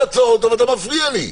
אני רוצה לעצור אותם ואתה מפריע לי.